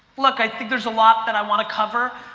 look, i think there's a lot that i want to cover.